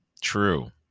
true